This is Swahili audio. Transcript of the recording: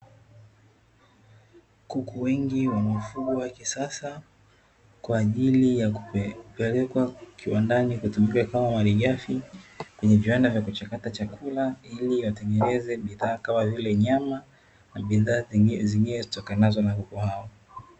Kuku wengi wanaofugwa kisasa kwa ajili ya kupelekwa kiwandani kutumika kama malighafi kwenye viwanda vya kuchakata chakula, ili watengeneze bidhaa kama vile nyama na bidhaa zingine zitokanazo na kuku hao.